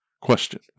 question